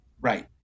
Right